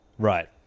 Right